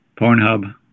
Pornhub